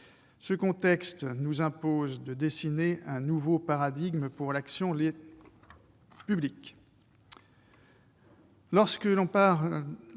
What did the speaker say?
Ce contexte nous impose d'établir un nouveau paradigme pour l'action publique.